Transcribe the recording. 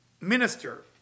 minister